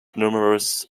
numerous